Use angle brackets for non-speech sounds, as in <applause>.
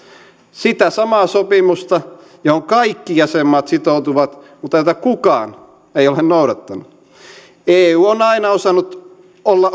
sitä samaa sopimusta johon kaikki jäsenmaat sitoutuvat mutta jota kukaan ei ole noudattanut eu on aina osannut olla <unintelligible>